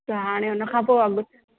त हाणे उनखां पोइ अॻु